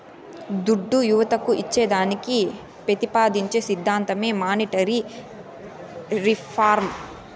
దుడ్డు యువతకు ఇచ్చేదానికి పెతిపాదించే సిద్ధాంతమే మానీటరీ రిఫార్మ్